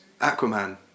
Aquaman